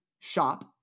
shop